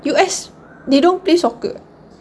U_S they don't play soccer eh